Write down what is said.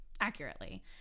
accurately